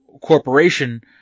corporation